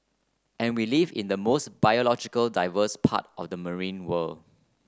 and we live in the most biological diverse part of the marine world